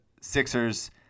Sixers